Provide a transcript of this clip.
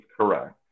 correct